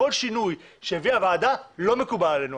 כל שינוי שהביאה הוועדה לא מקובל עלינו.